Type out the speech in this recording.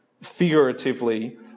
figuratively